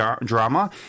drama